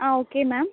ah okay ma'am